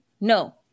No